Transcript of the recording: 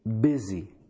busy